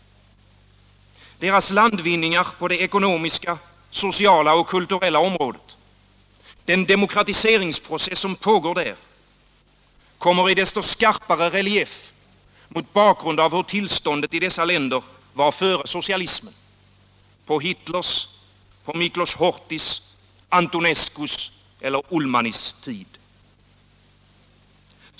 Deras landvinningar på det ekonomiska, sociala och kulturella området, den demokratiseringsprocess som pågår där, kommer i desto skarpare relief mot bakgrund av hur tillståndet i dessa länder var före socialismen — på Hitlers, Miklos Horthys, Antonescus eller Ulmanis tid.